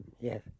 Yes